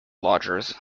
lodgers